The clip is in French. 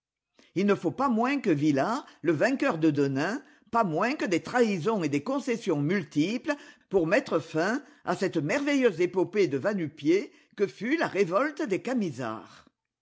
il ne faut pas moins que villars le vainqueur de denain pas moins que des trahisons et des concessions multiples pour mettre fin à cette merveilleuse épopée de va-nu-pieds que fut la révolte des camisards